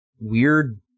weird